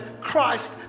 Christ